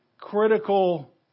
critical